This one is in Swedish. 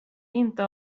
inte